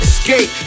Escape